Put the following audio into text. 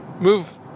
move